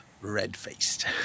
red-faced